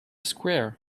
square